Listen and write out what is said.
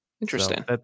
Interesting